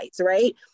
right